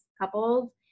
couples